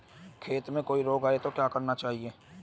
खेत में कोई रोग आये तो क्या करना चाहिए?